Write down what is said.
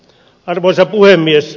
arvoisa puhemies